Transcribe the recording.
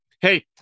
Hey